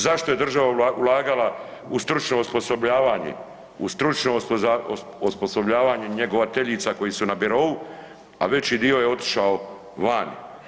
Zašto je država ulagala u stručno osposobljavanje, u stručno osposobljavanje njegovateljica koji su na birou, a veći dio je otišao van.